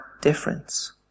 difference